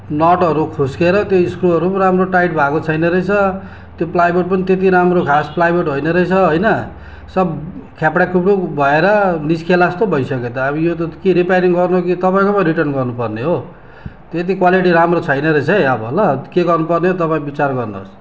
नडहरू खुस्किएर त्यो स्क्रूहरू राम्रो टाइट भएको छैन रहेछ त्यो प्लाइवुड पनि त्यति राम्रो खास प्लाइवुड होइन रहेछ होइन सब ख्याप्ड्याक खुप्डुक भएर निस्किएला जस्तो भइसक्यो त अब यो त के रिपेरिङ गर्नु कि तपाईँकोमा रिटर्न गर्नुपर्ने हो त्यति क्वालिटी राम्रो छैन रहेछ है अब ल के गर्नुपर्ने हो तपाईँ विचार गर्नुहोस्